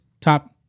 top